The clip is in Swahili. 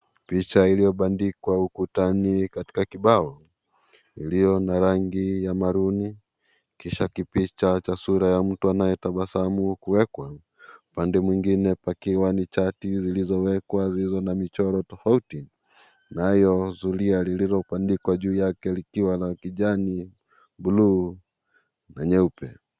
Picha ulioandikwa ukutani katika kibao iliyo na rangi ya maroon kisha picha ya sura ya mtu anayetabasamu kuekwa. Pande mwingine pakiwa ni chati zilizowekwa zilizo na michoro tofauti , nayo zulia lililoandikwa juu yake likiwa na kijani, bluu na nyeupe.